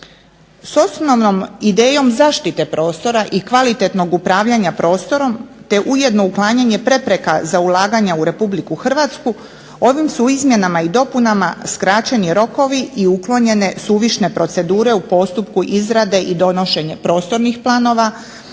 S osnovnom idejom zaštite prostora i kvalitetnog upravljanja prostorom te ujedno uklanjanje prepreka za ulaganja u RH ovim su izmjenama i dopunama skraćeni rokovi i uklonjene suvišne procedure u postupku izrade i donošenje prostornih planova